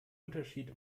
unterschied